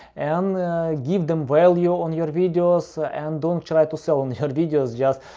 and give them value on your videos, and don't try to sell on your videos, just